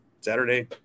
Saturday